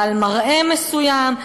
בעל מראה מסוים,